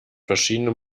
verschiedene